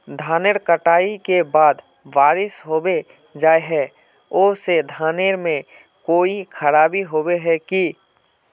धानेर कटाई के बाद बारिश होबे जाए है ओ से धानेर में कोई खराबी होबे है की?